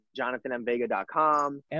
JonathanMVega.com